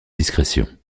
discrétion